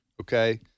Okay